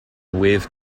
wave